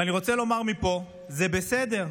ואני רוצה לומר מפה: זה בסדר.